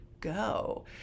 go